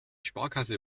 sparkasse